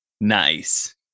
Nice